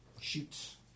shoots